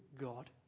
God